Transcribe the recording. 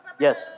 Yes